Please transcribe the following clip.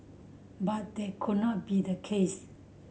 but they could not be the case